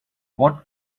what